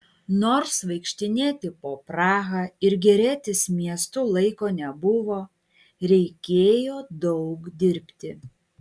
nors vaikštinėti po prahą ir gėrėtis miestu laiko nebuvo reikėjo daug dirbti